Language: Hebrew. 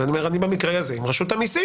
ואני אומר שבמקרה הזה אני עם רשות המסים.